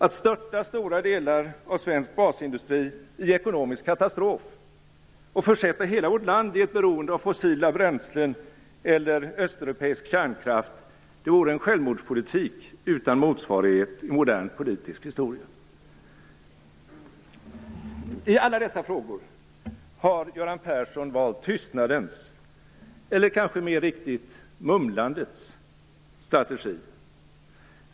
Att störta stora delar av svensk basindustri i ekonomisk katastrof och försätta hela vårt land i ett beroende av fossila bränslen eller östeuropeisk kärnkraft vore en självmordspolitik utan motsvarighet i modern politisk historia. I alla dessa frågor har Göran Persson valt tystnadens - eller, kanske mer riktigt, mumlandets - strategi.